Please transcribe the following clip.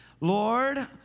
lord